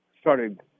started